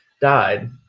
died